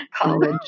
college